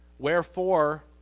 Wherefore